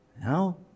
No